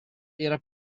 era